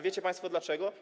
Wiecie państwo dlaczego?